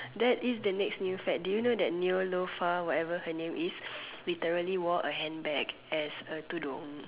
that is the next new fad did you know that Neelofa whatever her name is literally wore a handbag as a tudung